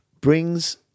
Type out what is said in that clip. brings